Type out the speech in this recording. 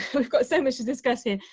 we've got so much to discuss here.